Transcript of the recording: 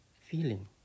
feeling